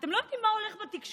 אתם לא יודעים מה הולך בתקשורת: